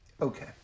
Okay